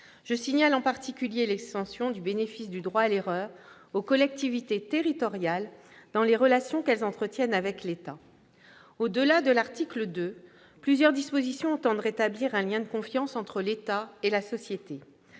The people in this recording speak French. Je signale, en particulier, l'extension du bénéfice du droit à l'erreur aux collectivités territoriales dans les relations qu'elles entretiennent avec l'État. Au-delà de l'article 2, plusieurs dispositions entendent rétablir un lien de confiance entre l'État et la société.